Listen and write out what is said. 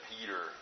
Peter